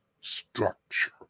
structure